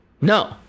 No